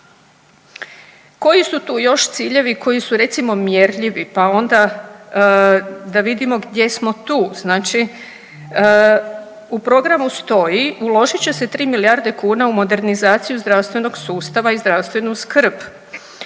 Koji su tu još ciljevi koji su recimo mjerljivi pa onda da vidimo gdje smo tu? Znači u programu stoji, uložit će se 3 milijarde kuna u modernizaciju zdravstvenog sustava i zdravstvenu skrb.